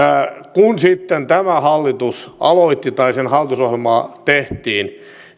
kun sitten tämä hallitus aloitti tai sen hallitusohjelmaa tehtiin